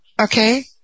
Okay